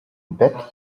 bet